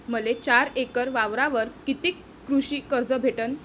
मले चार एकर वावरावर कितीक कृषी कर्ज भेटन?